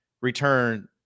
return